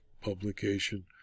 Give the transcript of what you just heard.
publication